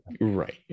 Right